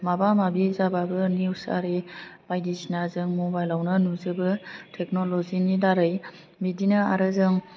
माबा माबि जाबाबो निउजआरि बायदिसिना जों मबाइलावनो नुजोबो टेक्नल'जि नि दारै बिदिनो आरो जों